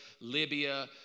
Libya